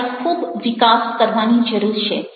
તમારે ખૂબ વિકાસ કરવાની જરૂર છે